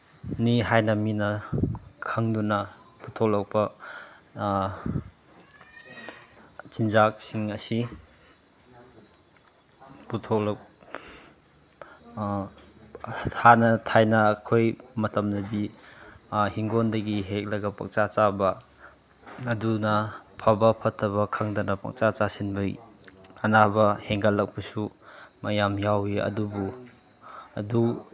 ꯅꯤ ꯍꯥꯏꯅ ꯃꯤꯅ ꯈꯪꯗꯨꯅ ꯄꯨꯊꯣꯛꯂꯛꯄ ꯆꯤꯟꯖꯥꯛꯁꯤꯡ ꯑꯁꯤ ꯄꯨꯊꯣꯛꯂꯛ ꯍꯥꯟꯅ ꯊꯥꯏꯅ ꯑꯩꯈꯣꯏ ꯃꯇꯝꯗꯗꯤ ꯍꯤꯡꯒꯣꯟꯗꯒꯤ ꯍꯦꯛꯂꯒ ꯄꯪꯆꯥ ꯆꯥꯕ ꯑꯗꯨꯅ ꯐꯕ ꯐꯠꯇꯕ ꯈꯪꯗꯅ ꯄꯪꯆꯥ ꯆꯥꯁꯤꯟꯕꯒꯤ ꯑꯅꯥꯕ ꯍꯦꯟꯒꯠꯂꯛꯄꯁꯨ ꯃꯌꯥꯝ ꯌꯥꯎꯏ ꯑꯗꯨꯕꯨ ꯑꯗꯨ